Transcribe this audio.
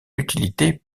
utilité